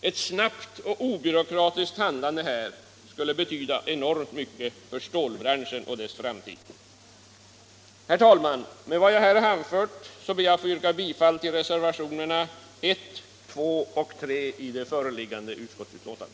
Ett snabbt och obyråkratiskt handlande här skulle betyda enormt mycket för stålbranschen och dess framtid. Herr talman! Med vad jag här har anfört ber jag att få yrka bifall till reservationerna 1, 2 och 3 till föreliggande utskottsbetänkande.